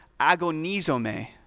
agonizome